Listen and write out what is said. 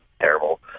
terrible